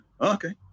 Okay